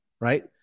right